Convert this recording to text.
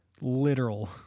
Literal